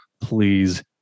please